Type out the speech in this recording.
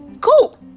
cool